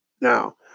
Now